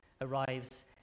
arrives